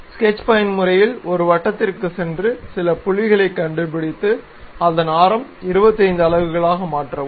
sketch பயன்முறையில் ஒரு வட்டத்திற்குச் சென்று சில புள்ளிகளைக் கண்டுபிடித்து அதன் ஆரம் 25 அலகுகளாக மாற்றவும்